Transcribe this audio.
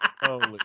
Holy